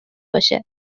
باشه